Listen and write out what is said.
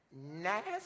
nasty